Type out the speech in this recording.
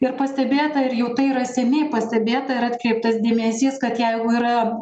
ir pastebėta ir jau tai yra seniai pastebėta ir atkreiptas dėmesys kad jeigu yra